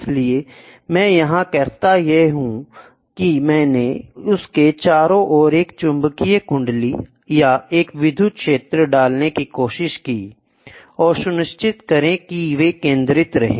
इसलिए मैं यहां करता यह हूं कि मैंने उसके चारों ओर एक चुंबकीय कुंडली या एक विद्युत क्षेत्र डालने की कोशिश की और सुनिश्चित करें कि वे केंद्रित हैं